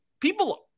people